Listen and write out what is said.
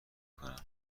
کنم